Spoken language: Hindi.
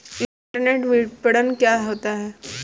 इंटरनेट विपणन क्या होता है?